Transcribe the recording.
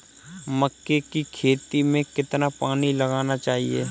मक्के की खेती में कितना पानी लगाना चाहिए?